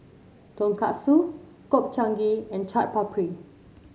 Tonkatsu Gobchang Gui and Chaat Papri